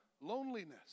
loneliness